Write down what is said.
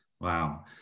Wow